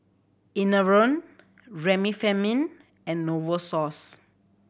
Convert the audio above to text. Enervon Remifemin and Novosource